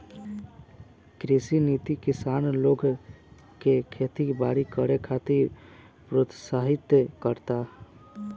कृषि नीति किसान लोग के खेती बारी करे खातिर प्रोत्साहित करता